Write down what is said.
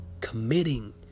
committing